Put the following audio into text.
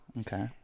Okay